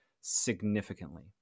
significantly